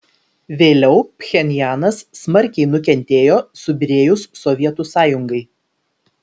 vėliau pchenjanas smarkiai nukentėjo subyrėjus sovietų sąjungai